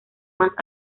más